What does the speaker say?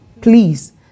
Please